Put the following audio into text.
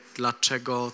dlaczego